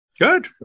Good